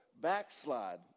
backslide